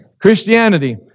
Christianity